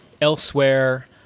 elsewhere